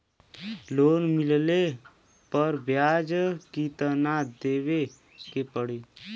Loan मिलले पर ब्याज कितनादेवे के पड़ी?